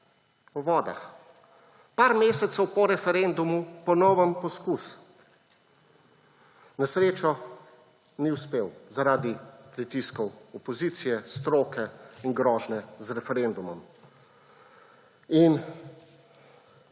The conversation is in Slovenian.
o vodah. Par mesecev po referendumu ponoven poskus. Na srečo ni uspel zaradi pritiskov opozicije, stroke in grožnje z referendumom. In